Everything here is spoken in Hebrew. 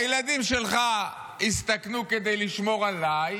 הילדים שלך יסתכנו כדי לשמור עליי,